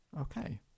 Okay